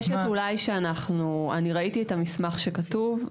ראיתי את המסמך שכתוב,